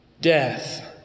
Death